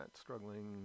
struggling